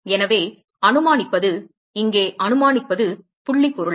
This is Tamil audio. எனவே அனுமானிப்பது இங்கே அனுமானிப்பது புள்ளி பொருள்